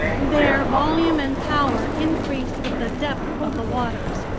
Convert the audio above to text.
their volume and power increased with the depth of the waters.